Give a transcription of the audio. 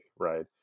right